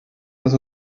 dass